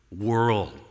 world